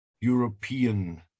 European